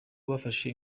bafashe